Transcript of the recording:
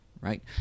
right